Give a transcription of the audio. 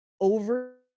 over